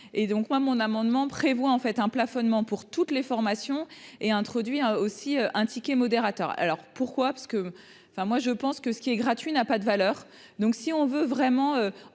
et donc moi mon amendement prévoit en fait un plafonnement pour toutes les formations et introduit aussi un ticket modérateur alors pourquoi, parce que, enfin moi je pense que ce qui est gratuit n'a pas de valeur, donc si on veut vraiment